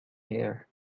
here